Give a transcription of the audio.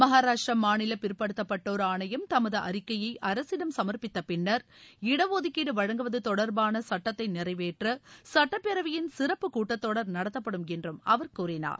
மகாராஷ்டிர மாநில பிற்படுத்தப்பட்டோர் ஆணையம் தமது அறிக்கையை அரசிடம் சுமர்ப்பித்தப் பிள்ளர் இடஒதுக்கீடு வழங்குவது தொடர்பான சட்டத்தை நிறைவேற்ற சுட்டப்பேரவையின் சிறப்பு கூட்டத்தொடர் நடத்தப்படும் என்றுஅவர் கூறினார்